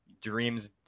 dreams